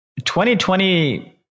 2020